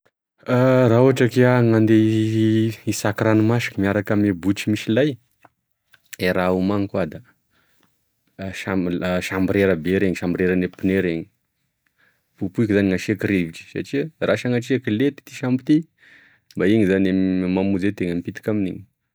Raha ohatry k'iah gn'andeha isaky ranomasy miarake ame botry misy lay da raha omaniko hoa da samb- sambrera be reny sambreragne pneu reny popoky zany gn'asiko rivotry satria raha sanatria ka lentiky ty sambo ty mba iny zany e mamonzy atena mipitiky amniny.